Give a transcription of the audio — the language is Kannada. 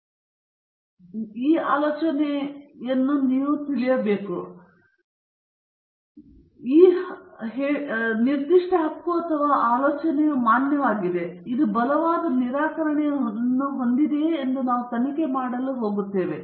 ನೀವು ಆಲೋಚನೆಯೊಂದಿಗೆ ಬರುತ್ತೀರಿ ಅಥವಾ ನೀವು ಹಕ್ಕು ಅಥವಾ ಹೇಳಿಕೆಗೆ ಬರುತ್ತಿದ್ದೀರಿ ಮತ್ತು ಈ ನಿರ್ದಿಷ್ಟ ಹಕ್ಕು ಅಥವಾ ಆಲೋಚನೆಯು ಮಾನ್ಯವಾಗಿವೆ ಅಥವಾ ಇದು ಬಲವಾದ ನಿರಾಕರಣೆಯನ್ನು ಹೊಂದಿದೆಯೇ ಎಂದು ನಾವು ತನಿಖೆ ಮಾಡಲು ಹೋಗುತ್ತೇವೆ